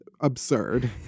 absurd